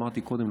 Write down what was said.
אמרתי קודם,